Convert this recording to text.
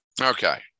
Okay